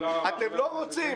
אתם לא רוצים,